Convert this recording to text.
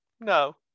No